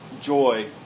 joy